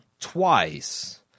twice